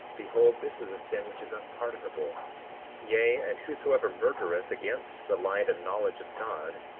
behold, this is a sin which is unpardonable yea, and whosoever murdereth against the light and knowledge of god,